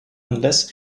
unless